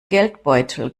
geldbeutel